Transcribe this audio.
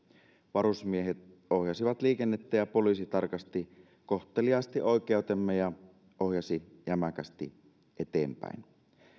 varusmiehet ohjasivat liikennettä ja poliisi tarkasti kohteliaasti oikeutemme ja ohjasi jämäkästi eteenpäin